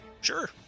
Sure